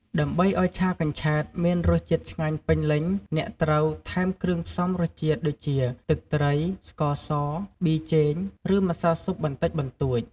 ដើម្បីឲ្យឆាកញ្ឆែតមានរសជាតិឆ្ងាញ់ពេញលេញ អ្នកត្រូវ ថែមគ្រឿងផ្សំរសជាតិ ដូចជា ទឹកត្រី ស្ករស ប៊ីចេង ឬម្សៅស៊ុបបន្តិចបន្តួច។